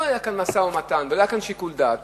לא היה כאן משא-ומתן, ולא היה כאן שיקול דעת.